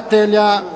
ne razumije